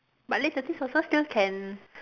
but late thirties also still can